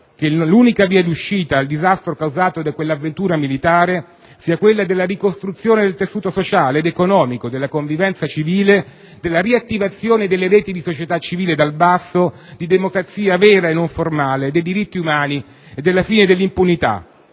che l'unica via d'uscita dal disastro causato dall'avventura militare afghana sia quella della ricostruzione del tessuto sociale ed economico, della convivenza civile, della riattivazione delle reti di società civile dal basso, di democrazia vera e non formale, dei diritti umani e della fine dell'impunità.